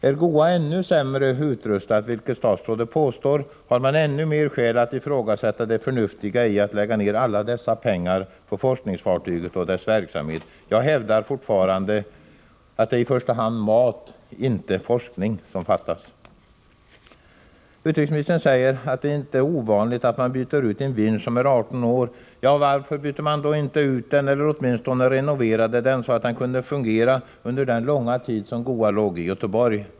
Är GOA ännu sämre utrustad, vilket statsrådet påstår, har man ännu mer skäl att ifrågasätta det förnuftiga i att lägga ner alla dessa pengar på forskningsfartyget och dess verksamhet. Jag hävdar fortfarande att det är i första hand mat — inte forskning — som fattas. Utrikesministern säger att det inte är ovanligt att man byter ut en vinsch som är 18 år. Ja, varför bytte man den då inte eller åtminstone renoverade den, så att den kunde fungera under den långa tid GOA låg i Göteborg?